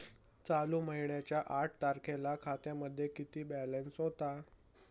चालू महिन्याच्या आठ तारखेला खात्यामध्ये किती बॅलन्स होता?